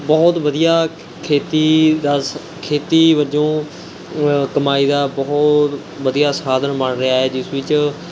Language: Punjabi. ਬਹੁਤ ਵਧੀਆ ਖੇਤੀ ਦਾ ਸ ਖੇਤੀ ਵਜੋਂ ਕਮਾਈ ਦਾ ਬਹੁਤ ਵਧੀਆ ਸਾਧਨ ਬਣ ਰਿਹਾ ਹੈ ਜਿਸ ਵਿੱਚ